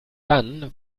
dann